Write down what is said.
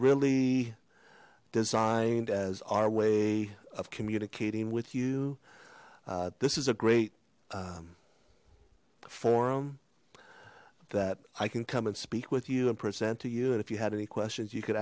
really designed as our way of communicating with you this is a great forum that i can come and speak with you and present to you and if you had any questions you could